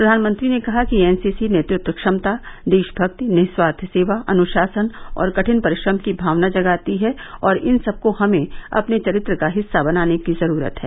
प्रधानमंत्री ने कहा कि एनसीसी नेतृत्व क्षमता देशमक्ति निस्वार्थ सेवा अन्शासन और कठिन परिश्रम की भावना जगाती है और इन सबको हमें अपने चरित्र का हिस्सा बनाने की जरूरत है